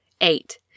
eight